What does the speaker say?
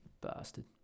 Bastard